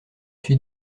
suis